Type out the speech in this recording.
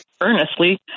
earnestly